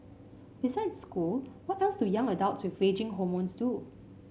besides school what else do young adults with raging hormones do